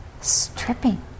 stripping